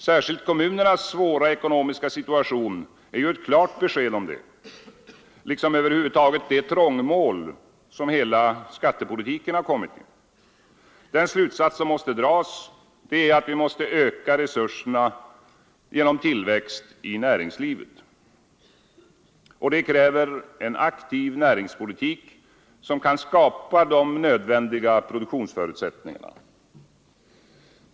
Särskilt kommunernas svåra ekonomiska situation är ett klart besked om detta, liksom över huvud taget det trångmål, som hela skattepolitiken har kommit i. Den slutsats som måste dras är att vi måste öka resurserna genom tillväxt i näringslivet. Detta kräver en aktiv näringspolitik, som kan skapa de nödvändiga produktionsförutsättningarna.